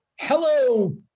Hello